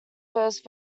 first